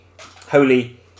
holy